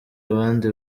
abandi